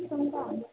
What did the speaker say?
बिसिबां बिसिबां दाम